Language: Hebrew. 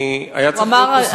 היה צריך להיות פה שר האוצר.